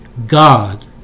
God